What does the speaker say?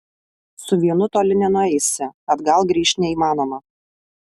su vienu toli nenueisi atgal grįžt neįmanoma